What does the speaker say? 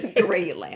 Great